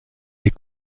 des